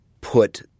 put